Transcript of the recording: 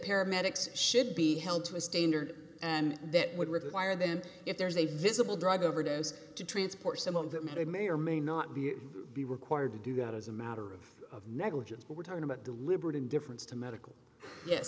paramedics should be held to a standard and that would require them if there's a visible drug overdose to transport some of that matter may or may not be be required to do that as a matter of of negligence but we're talking about deliberate indifference to medical yes